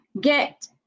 get